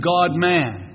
God-man